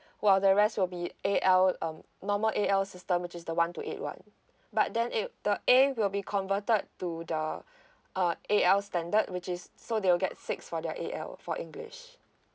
while the rest will be A L um normal A L system which is the one to eight one but then it the A will be converted to the uh A L standard which is so they will get six for their A L for english